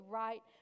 right